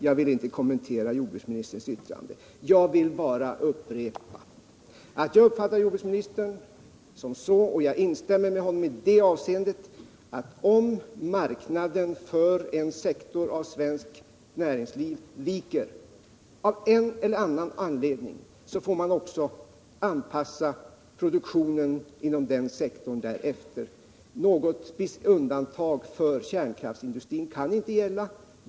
Jag vill inte kommentera hans yttrande utan önskar bara upprepa att jag instämmer i jordbruksministerns uttalande så till vida, att om marknaden för en sektor av svenskt näringsliv av en eller annan anledning viker, får man också anpassa produktionen inom den sektorn därefter. Något undantag för kärnkraftsindustrin kan inte gälla.